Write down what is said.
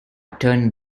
turned